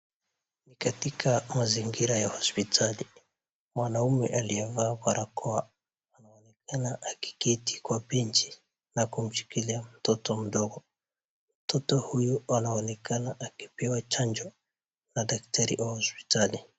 Ni katika mazingira ya hospitali, mwanaume aliyevaa barakoa anaonekana akiketi kwa benchi na kumshikilia mtoto mdogo. Mtoto huyu anaonekana akipewa chanjo na daktari wa hospitali.